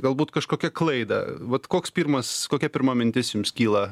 galbūt kažkokią klaidą vat koks pirmas kokia pirma mintis jums kyla